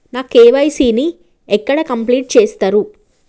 నా కే.వై.సీ ని ఎక్కడ కంప్లీట్ చేస్తరు?